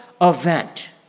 event